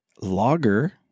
logger